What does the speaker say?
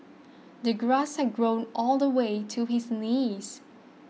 the grass had grown all the way to his knees